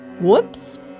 whoops